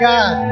God